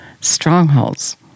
strongholds